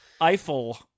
Eiffel